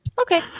Okay